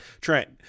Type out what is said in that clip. Trent